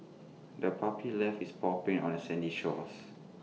the puppy left its paw prints on the sandy shores